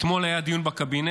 אתמול היה דיון בקבינט,